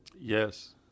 Yes